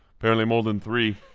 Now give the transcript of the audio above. apparently more than three